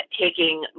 taking